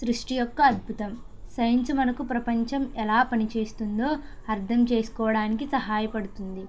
సృష్టి యొక్క అద్భుతం సైన్స్ మనకు ప్రపంచం ఎలా పనిచేస్తుందో అర్థం చేసుకోవడానికి సహాయపడుతుంది